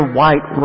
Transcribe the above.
white